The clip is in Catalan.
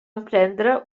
emprendre